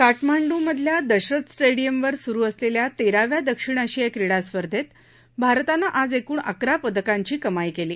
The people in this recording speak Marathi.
काठमांडुमधल्या दशरथ स्विअमवर सुरु असलल्या तस्तिया दक्षिण आशियाई क्रीडा स्पर्धेत भारतानं आज एकूण अकरा पदकांची कमाई कली